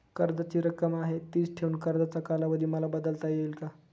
कर्जाची रक्कम आहे तिच ठेवून कर्जाचा कालावधी मला बदलता येईल का?